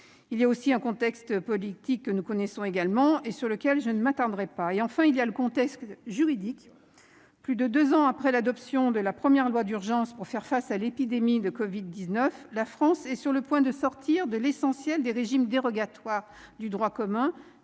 Il y a aussi un contexte politique que nous connaissons, et sur lequel je ne m'attarderai pas. Enfin, il y a le contexte juridique. Plus de deux ans après l'adoption de la première loi d'urgence pour faire face à l'épidémie de covid-19, la France est sur le point de sortir de l'essentiel des régimes dérogatoires du droit commun